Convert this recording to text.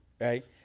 Right